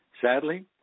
sadly